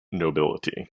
nobility